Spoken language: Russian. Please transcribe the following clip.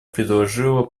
предложила